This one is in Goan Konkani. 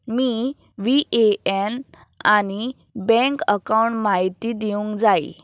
मी व्ही ए ऍन आनी बँक अकावंट म्हायती दिवंक जाय